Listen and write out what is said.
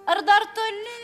ar dar toli